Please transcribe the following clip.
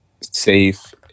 safe